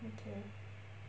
okay